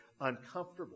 uncomfortable